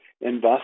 invest